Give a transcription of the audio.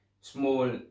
small